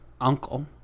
uncle